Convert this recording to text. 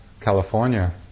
California